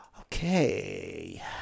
Okay